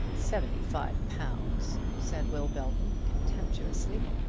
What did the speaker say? seventy-five pounds! said will belton, contemptuously.